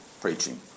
preaching